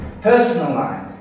personalized